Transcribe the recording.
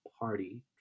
party